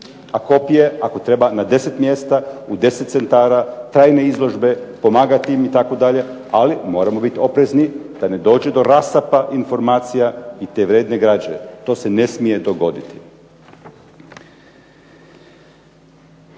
a kopije ako treba na deset mjesta u deset centara, tajne izložbe, pomagati im itd., ali moramo biti oprezni da ne dođe do rasapa informacija i te vrijedne građe. To se ne smije dogoditi.